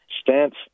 stance